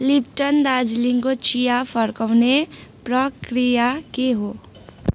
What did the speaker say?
Lipton दार्जिलिङको चिया फर्काउने प्रक्रिया के हो